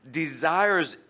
desires